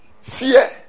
Fear